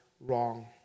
wrong